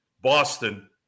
Boston